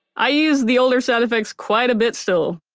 i use the older sound effects quite a bit still